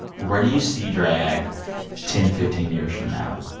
where do you see drag ten, fifteen years from now?